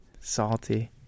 Salty